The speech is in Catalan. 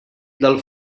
del